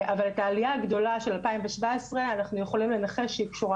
אבל את העלייה הגדולה של 2017 אנחנו יכולים לנחש שהיא קשורה